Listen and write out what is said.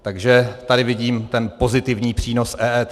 Takže tady vidím ten pozitivní přínos EET.